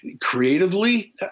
Creatively